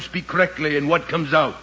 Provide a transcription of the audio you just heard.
speak correctly and what comes out